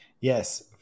Yes